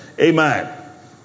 Amen